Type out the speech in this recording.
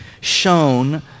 shown